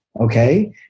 Okay